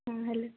ହୁଁ ହ୍ୟାଲୋ